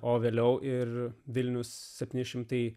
o vėliau ir vilnius septyni šimtai